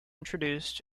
introduced